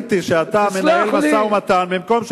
ראיתי שאתה מנהל משא-ומתן במקום,